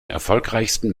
erfolgreichsten